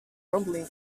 promptly